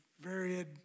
varied